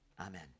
Amen